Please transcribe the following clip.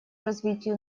развитию